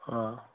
অঁ